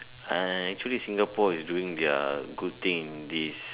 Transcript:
I actually Singapore is doing their good thing in this